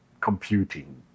computing